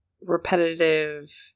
repetitive